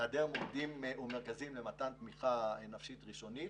היעדר מוקדים ומרכזים למתן תמיכה נפשית ראשונית,